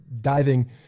diving